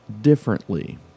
differently